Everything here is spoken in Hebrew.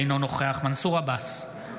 אינו נוכח מנסור עבאס,